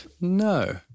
No